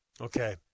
Okay